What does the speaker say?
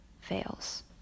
fails